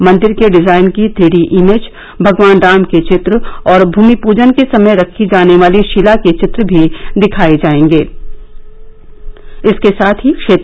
मंदिर के डिजायन की थ्री डी इमेज भगवान राम के चित्र और भूमि पूजन के समय रखी जाने वाली शिला के चित्र भी दिखाए जाएंगे